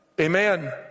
amen